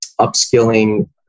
upskilling